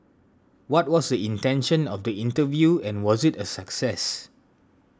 what was the intention of the interview and was it a success